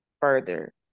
further